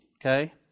Okay